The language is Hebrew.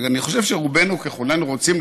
ואני חושב שרובנו ככולנו רוצים,